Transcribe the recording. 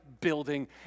building